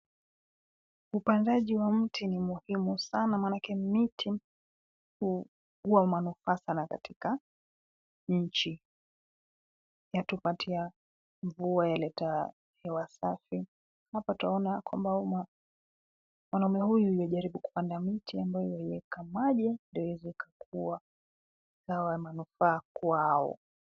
Upandaji wa mti ni muhimu sana manake miti huwa manufaa sana katika nchi, yatupatia mvua yaleta hewa safi, hapa twaona kwamba huyu mwanaume huyu yu ajaribu kupanda mti ambayo aweka maji ndo iweze kuwa dawa ya manufaa kwao.